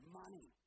money